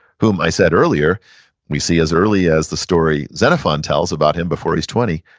whom i said earlier we see as early as the story xenophon tells about him before he's twenty,